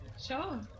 Sure